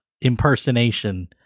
impersonation